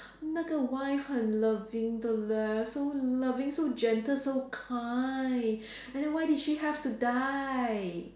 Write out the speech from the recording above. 那个 wife 很 loving 的 leh so loving so gentle so kind and then why did she have to die